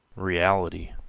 reality,